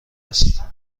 است